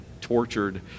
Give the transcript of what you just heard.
tortured